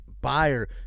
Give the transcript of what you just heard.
buyer